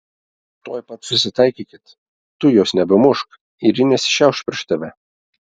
tuoj pat susitaikykit tu jos nebemušk ir ji nesišiauš prieš tave